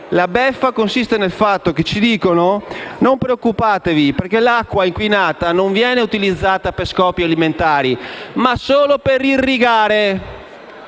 la beffa, che consiste nel fatto che ci dicono di non preoccuparci perché l'acqua inquinata non viene utilizzata per scopi alimentari, ma solo per irrigare.